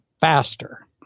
faster